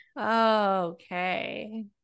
okay